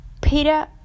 Peter